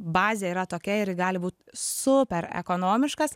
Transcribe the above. bazė yra tokia ir ji gali būt super ekonomiškas